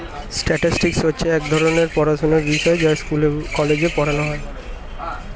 statistics হচ্ছে এক ধরণের পড়াশোনার বিষয় যা স্কুলে, কলেজে পড়ানো হয়